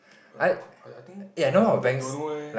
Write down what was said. err I I think I don't don't know eh